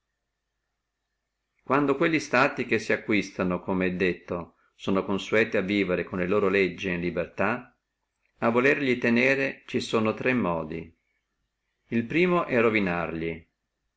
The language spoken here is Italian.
quando quelli stati che sacquistano come è detto sono consueti a vivere con le loro legge et in libertà a volerli tenere ci sono tre modi el primo